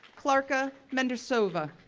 klara mendrisova,